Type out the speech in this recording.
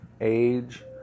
age